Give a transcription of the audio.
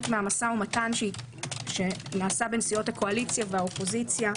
מהמשא ומתן שנעשה בין סיעות הקואליציה והאופוזיציה,